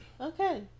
okay